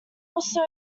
also